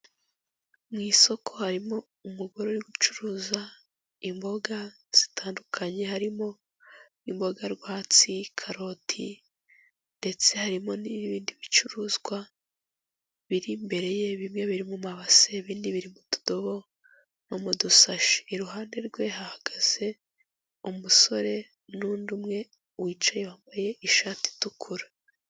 Mu isoko harimo umugore uri gucuruza imboga zitandukanye, harimo imboga rwatsi, karoti ndetse harimo n'ibindi bicuruzwa biri imbere ye, bimwe biri mu mabase ibindi biri mu tudobo no mu dusashi, iruhande rwe hahagaze umusore n'undi umwe wicaye wambaye ishati itukura.